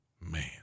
man